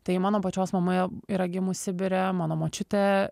tai mano pačios mama yra gimus sibire mano močiutė